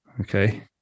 Okay